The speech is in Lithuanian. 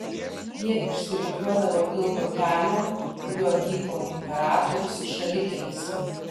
jie išsirikiuodavo ilgo kelio kuriuo vyko imperatorius šalikelėse